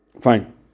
Fine